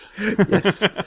Yes